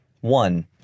One